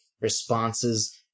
responses